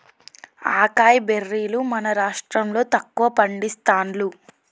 acai బెర్రీలు మన రాష్టం లో తక్కువ పండిస్తాండ్లు